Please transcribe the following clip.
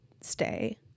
stay